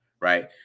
right